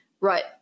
right